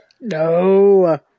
No